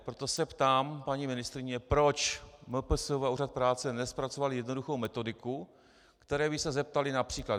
Proto se ptám, paní ministryně, proč MPSV a Úřad práce nezpracovaly jednoduchou metodiku, v které by se zeptaly například: